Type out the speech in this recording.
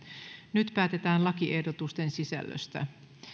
nyt päätetään lakiehdotusten sisällöstä